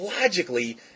logically